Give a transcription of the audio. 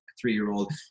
three-year-old